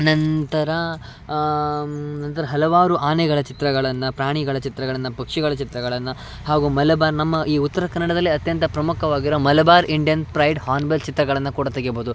ನಂತರ ನಂತರ ಹಲವಾರು ಆನೆಗಳ ಚಿತ್ರಗಳನ್ನು ಪ್ರಾಣಿಗಳ ಚಿತ್ರಗಳನ್ನು ಪಕ್ಷಿಗಳ ಚಿತ್ರಗಳನ್ನು ಹಾಗೂ ಮಲಬಾರ್ ನಮ್ಮ ಈ ಉತ್ತರ ಕನ್ನಡದಲ್ಲೇ ಅತ್ಯಂತ ಪ್ರಮುಖವಾಗಿರುವ ಮಲಬಾರ್ ಇಂಡ್ಯನ್ ಪ್ರೈಡ್ ಹಾನ್ಬಲ್ ಚಿತ್ರಗಳನ್ನು ಕೂಡ ತೆಗಿಬೌದು